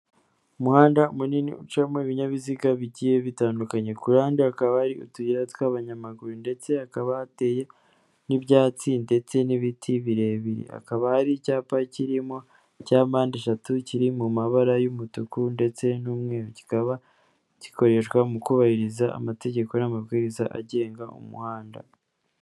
Umuhanda munini ucamo ibinyabiziga bigiye bitandukanye, kurande hakaba hari utuyira tw'abanyamaguru ndetse hakaba hateye n'ibyatsi ndetse n'ibiti birebire, hakaba hari icyapa kurimo cya mpande eshatu kiri mu mabara y'umutuku ndetse n'umweru, kikaba gikoreshwa mu kubahiriza amategeko n'amabwiriza agenga umuhanda.